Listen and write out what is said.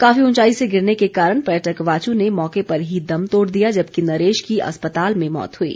काफी ऊंचाई से गिरने के कारण पर्यटक वाचु ने मौके पर ही दम तोड़ दिया जबकि नरेश की अस्पताल में मौत हुई